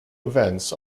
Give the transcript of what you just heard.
events